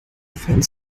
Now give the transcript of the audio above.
fans